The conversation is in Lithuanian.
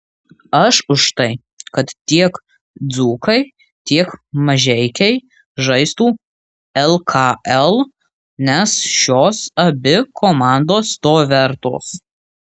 aš už tai kad tiek dzūkai tiek mažeikiai žaistų lkl nes šios abi komandos to vertos